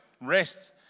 Rest